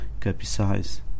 capsize